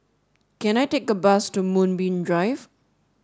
can I take a bus to Moonbeam Drive